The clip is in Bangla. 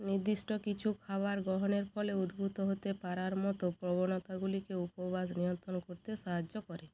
নির্দিষ্ট কিছু খাবার গ্রহণের ফলে উদ্ভূত হতে পারার মতো প্রবণতাগুলিকে উপবাস নিয়ন্ত্রণ করতে সাহায্য করে